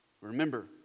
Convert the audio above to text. Remember